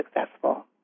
successful